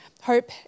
Hope